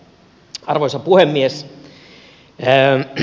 arvoisa puhemies